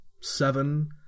seven